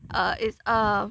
err is err